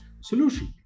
solution